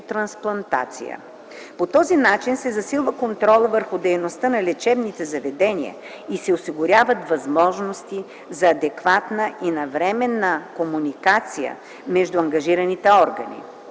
трансплантация. По този начин се засилва контрола върху дейността на лечебните заведения и се осигуряват възможности за адекватна и навременна комуникация между ангажираните органи.